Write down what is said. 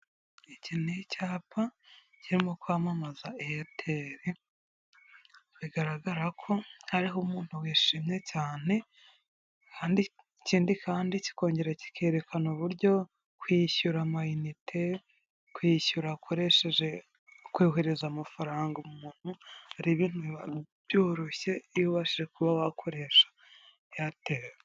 Iki ni icyapa kirimo kwamamaza eyateri bigaragara ko hariho umuntu wishimye cyane ikindi kandi kikongera kikerekana uburyo kwishyura amayinite kwishyura ukoresheje ukohereza amafaranga umuntu arebe biba byoroshye iyobashe kuba wakoresha Airtel.